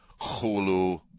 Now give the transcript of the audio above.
Hulu